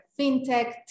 fintech